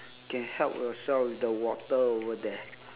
can help yourself with the water over there